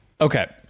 Okay